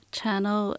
channel